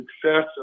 success